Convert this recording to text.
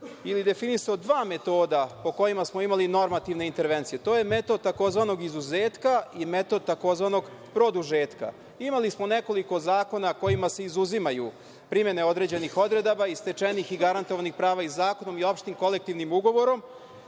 ili definisao dva metoda po kojima smo imali normativne intervencije. To je metod tzv. izuzetka i metod tzv. produžetka. Imali smo nekoliko zakona kojima se izuzimaju primene određenih odredaba i stečenih i garantovanih prava i zakonom i opštim kolektivnim ugovorom